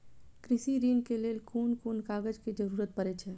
कृषि ऋण के लेल कोन कोन कागज के जरुरत परे छै?